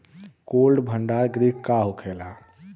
Cold भण्डार गृह का होखेला?